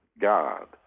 God